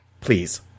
Please